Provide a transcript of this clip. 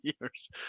years